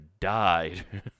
died